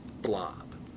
blob